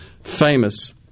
famous